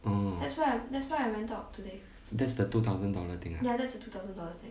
that's the two thousand dollar thing ah